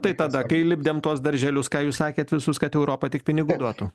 tai tada kai lipdėm tuos darželius ką jūs sakėt visus kad europa tik pinigų duotų